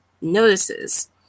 notices